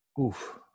Oof